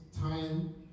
time